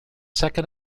second